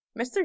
mr